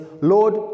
Lord